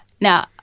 Now